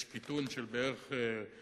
יש קיטון של כ-0.7%,